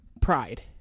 pride